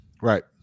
Right